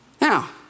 Now